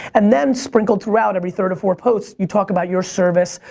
and then sprinkled throughout every third or fourth post you talk about your service.